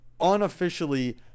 unofficially